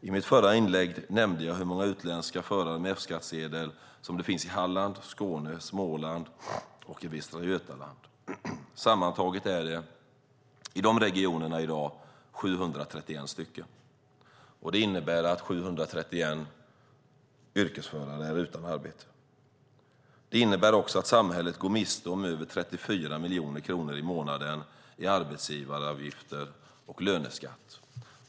I mitt förra inlägg nämnde jag hur många utländska förare med F-skattsedel det finns i Halland, Skåne, Småland och Västra Götaland. Sammantaget är det i dessa regioner 731 stycken, vilket innebär att 731 yrkesförare är utan arbete. Det innebär också att samhället går miste om över 34 miljoner kronor i månaden i arbetsgivaravgifter och löneskatt.